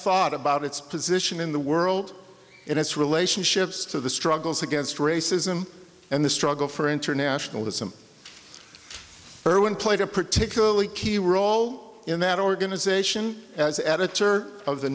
thought about its position in the world and its relationships to the struggles against racism and the struggle for internationalism irwin played a particularly key role in that organization as editor of the